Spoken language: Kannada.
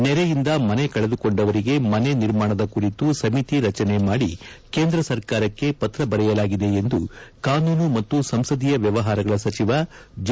ನೆರೆಯಿಂದ ಮನೆ ಕಳೆದುಕೊಂಡವರಿಗೆ ಮನೆ ನಿರ್ಮಾಣದ ಕುರಿತು ಸಮಿತಿ ರಚನೆ ಮಾಡಿ ಕೇಂದ್ರ ಸರ್ಕಾರಕ್ಕೆ ಪತ್ರ ಬರೆಯಲಾಗಿದೆ ಎಂದು ಕಾನೂನು ಮತ್ತು ಸಂಸದೀಯ ವ್ಯವಹಾರಗಳ ಸಚಿವ ಜೆ